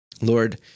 Lord